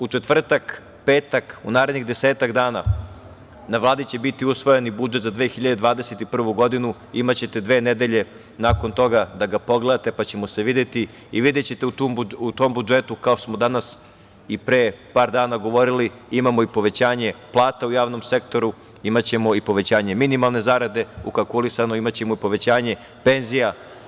U četvrtak, pet, u narednih desetak dana na Vladi će biti usvojeni budžet za 2021. godinu, imaćete dve nedelje nakon toga da ga pogledate pa ćemo se videti i videćete u tom budžetu, kao što smo danas i pre par dana govorili, imamo i povećanje plata u javnom sektoru, imaćemo i povećanje minimalne zarade ukalkulisano, imaćemo i povećanje penzija.